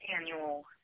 annual